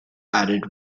added